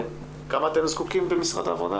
לכמה אתם זקוקים במשרד העבודה?